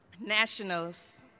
Nationals